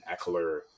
Eckler